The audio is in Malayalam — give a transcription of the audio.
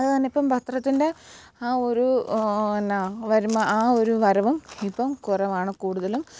അതുകാരണം ഇപ്പം പത്രത്തിന്റെ ആ ഒരു എന്നാൽ വരുമാനം ആ ഒരു വരവും ഇപ്പം കുറവാണ് കൂടുതലും